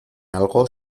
algo